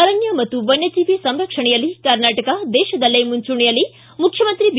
ಅರಣ್ಯ ಮತ್ತು ವನ್ನಜೀವಿ ಸಂರಕ್ಷಣೆಯಲ್ಲಿ ಕರ್ನಾಟಕ ದೇಶದಲ್ಲೇ ಮುಂಚೂಣಿಯಲ್ಲಿ ಮುಖ್ಯಮಂತ್ರಿ ಬಿ